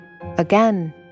Again